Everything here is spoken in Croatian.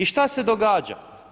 I šta se događa?